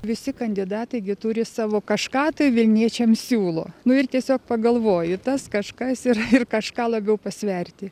visi kandidatai gi turi savo kažką tai vilniečiams siūlo nu ir tiesiog pagalvoji tas kažkas ir kažką labiau pasverti